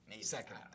Second